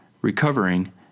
recovering